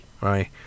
right